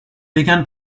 began